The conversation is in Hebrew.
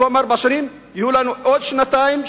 במקום ארבע שנים יהיו לנו עוד שנתיים,